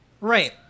Right